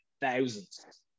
thousands